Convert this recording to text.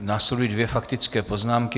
Následují dvě faktické poznámky.